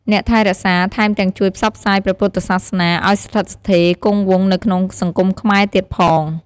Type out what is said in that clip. អ្នកថែរក្សា ថែមទាំងជួយផ្សព្វផ្សាយព្រះពុទ្ធសាសនាឲ្យស្ថិតស្ថេរគង់វង្សនៅក្នុងសង្គមខ្មែរទៀតផង។